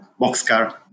boxcar